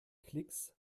klicks